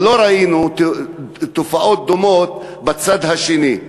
אבל לא ראינו תופעות דומות בצד השני.